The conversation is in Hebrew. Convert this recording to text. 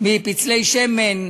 מפצלי שמן,